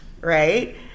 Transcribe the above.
right